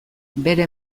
bere